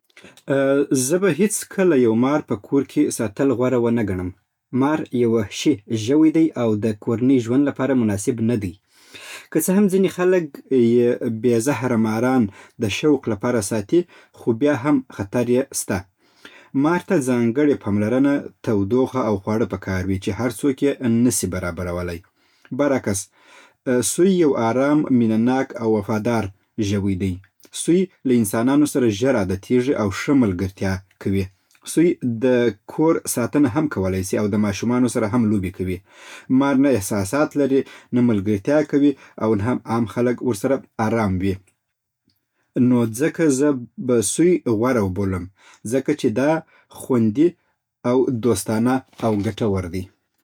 "زه به هېڅکله يو مار په کور کې ساتل غوره ونه ګڼم. مار يو وحشي ژوی دی او د کورني ژوند لپاره مناسب نه دی. که څه هم ځينې خلک بې‌زهره ماران د شوق لپاره ساتي، خو بيا هم خطر يې سته. مار ته ځانګړې پاملرنه، تودوخه او خواړه پکار وي چې هر څوک يې نه شي برابرولی. برعکس، سوی يو آرام، مينه ناک او وفادار ژوی دی. سوی له انسانانو سره ژر عادتېژي او شه ملګرتيا کوي. سوی د کور ساتنه هم کولی شي او د ماشومانو سره هم لوبې کوي. مار نه احساسات لري، نه ملګرتيا کوي، او نه هم عام خلک ورسره ارام وي. نو ځکه، زه به سوی غوره وبولم، ځکه چې دا خوندي او دوستانه او ګټور دی."